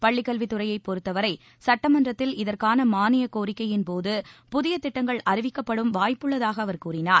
பள்ளி கல்வித்துறையைப் பொறுத்தவரை சட்டமன்றத்தில் இதற்கான மானியக் கோரிக்கையின்போது புதிய திட்டங்கள் அறிவிக்கப்படும் வாய்ப்பு உள்ளதாக அவர் கூறினார்